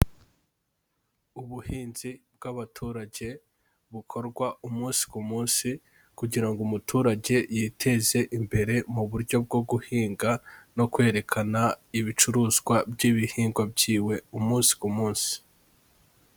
Ubuhinzi bw'abaturage bukorwa umunsi ku munsi kugira ngo umuturage yiteze imbere mu buryo bwo guhinga no kwerekana ibicuruzwa by'ibihingwa byiwe umunsi ku munsi.